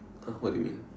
!huh! what do you mean